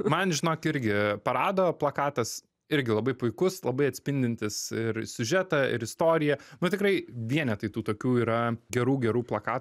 man žinok irgi parado plakatas irgi labai puikus labai atspindintis ir siužetą ir istoriją nu tikrai vienetai tų tokių yra gerų gerų plaka